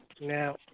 Now